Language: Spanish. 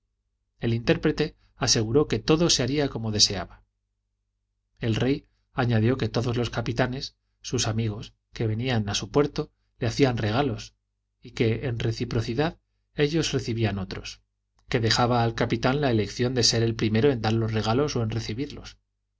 el intérprete aseguró que todo se haría como deseaba el rey añadió que todos los capitanes sus amigos que venían a su puerto le hacían regalos y que en reciprocidad ellos recibían otros que dejaba al capitán la elección de ser el primero en dar los regalos o en recibirlos